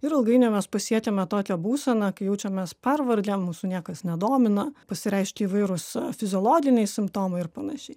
ir ilgainiui mes pasiekiame tokią būseną kai jaučiamės pervargę mūsų niekas nedomina pasireiškia įvairūs fiziologiniai simptomai ir panašiai